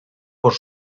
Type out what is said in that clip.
por